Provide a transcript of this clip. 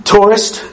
Tourist